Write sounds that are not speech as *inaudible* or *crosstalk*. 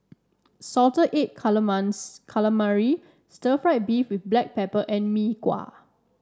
Salted Egg *unintelligible* Calamari stir fry beef with Black Pepper and Mee Kuah